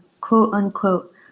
quote-unquote